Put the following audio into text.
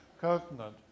continent